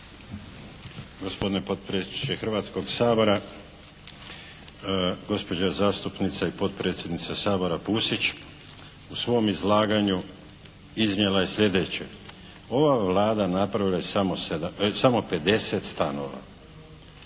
Gospodine potpredsjedniče Hrvatskog sabora! Gospođa zastupnica i potpredsjednica Sabora Pusić u svom izlaganju iznijela je sljedeće. Ova Vlada napravila je samo 50 stanova.